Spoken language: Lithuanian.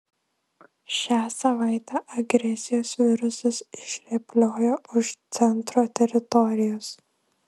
šią savaitę agresijos virusas išrėpliojo už centro teritorijos